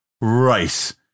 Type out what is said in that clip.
right